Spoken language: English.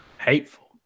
Hateful